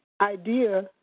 idea